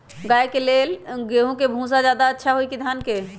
गाय के ले गेंहू के भूसा ज्यादा अच्छा होई की धान के?